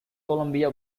columbia